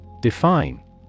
Define